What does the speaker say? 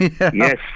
yes